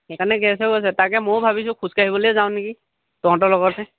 সেইকাৰণে গেছ হৈ গৈছে তাকে ময়ো ভাবিছোঁ খোজকাঢ়িবলৈ যাওঁ নেকি তহঁতৰ লগতে